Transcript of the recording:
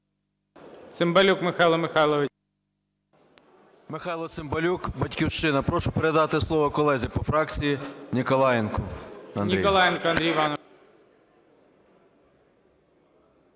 Прошу передати слово колезі по фракції Ніколаєнку Андрію.